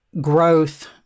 growth